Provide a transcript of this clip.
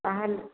ତା'ହେଲେ